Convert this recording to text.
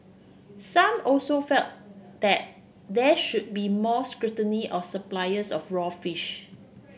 some also felt that there should be more scrutiny of suppliers of raw fish